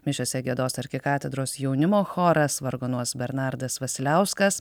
mišiose giedos arkikatedros jaunimo choras vargonuos bernardas vasiliauskas